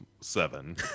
seven